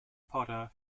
potter